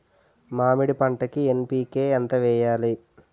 మామిడి పంటకి ఎన్.పీ.కే ఎంత వెయ్యాలి?